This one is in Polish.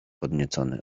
podniecony